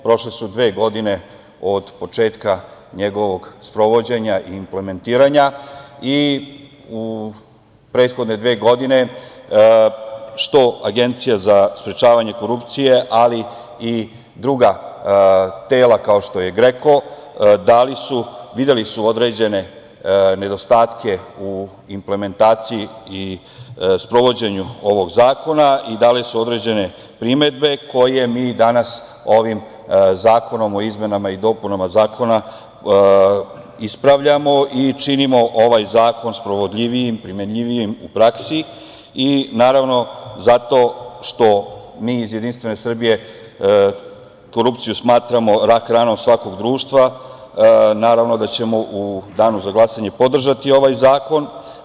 Prošle su dve godine od početka njegovog sprovođenja i implementiranja i u prethodne dve godine, što Agencija za sprečavanje korupcije, ali i druga tela kao što je GREKO, videli su određene nedostatke u implementaciji i sprovođenju ovog zakona i dale su određene primedbe, koje mi danas ovim zakonom o izmenama i dopunama Zakona ispravljamo i činimo ovaj zakon sprovodljivijim, primenjivijim u praksi, zato što mi iz Jedinstvene Srbije korupciju smatramo rak ranom svakog društva i naravno da ćemo u danu za glasanje podržati ovaj zakon.